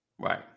Right